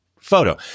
photo